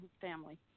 family